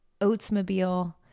Oatsmobile